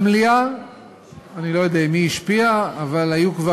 במליאה אני לא יודע אם היא השפיעה, אבל כבר